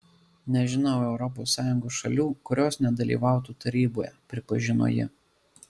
nežinau europos sąjungos šalių kurios nedalyvautų taryboje pripažino ji